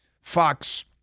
Fox